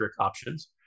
options